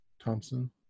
Thompson